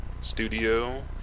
Studio